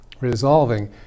resolving